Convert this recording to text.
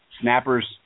snappers